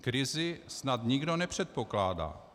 Krizi snad nikdo nepředpokládá.